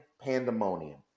pandemonium